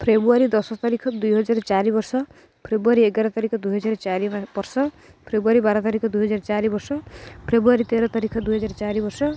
ଫେବୃଆରୀ ଦଶ ତାରିଖ ଦୁଇ ହଜାର ଚାରି ବର୍ଷ ଫେବୃଆରୀ ଏଗାର ତାରିଖ ଦୁଇହଜାର ଚାରି ବର୍ଷ ଫେବୃଆରୀ ବାର ତାରିଖ ଦୁଇହଜାର ଚାରି ବର୍ଷ ଫେବୃଆରୀ ତେର ତାରିଖ୍ ଦୁଇହଜାର ଚାରି ବର୍ଷ